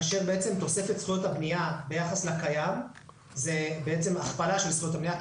כאשר תוספת זכויות הבנייה ביחס לקיים זה הכפלה של זכויות הבנייה,